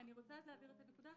אני רוצה להבהיר את הנקודה.